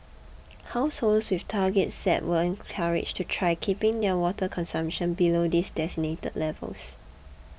households with targets set were encouraged to try keeping their water consumption below these designated levels